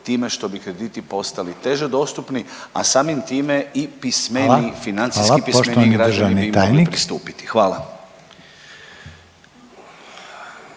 time što bi krediti postali teže dostupni, a samim time i pismeniji, financijski pismeniji …/Govornik se ne razumije/…. Hvala.